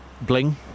Bling